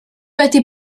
wedi